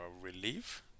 relief